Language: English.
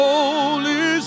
Holy